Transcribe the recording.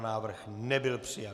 Návrh nebyl přijat.